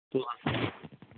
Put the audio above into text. تُل